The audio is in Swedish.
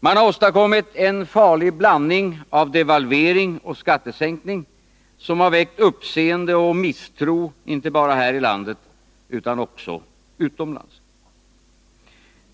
Man har åstadkommit en farlig blandning av devalvering och skattesänkning, som väckt uppseende och misstro inte bara här i landet utan också utomlands.